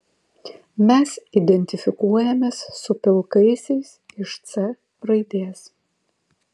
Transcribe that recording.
mes identifikuojamės su pilkaisiais iš c raidės